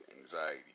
anxiety